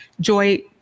Joy